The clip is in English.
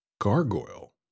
Gargoyle